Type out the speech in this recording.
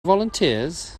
volunteers